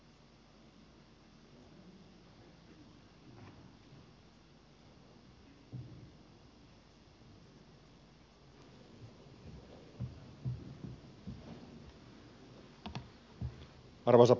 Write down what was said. arvoisa herra puhemies